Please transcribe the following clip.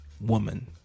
woman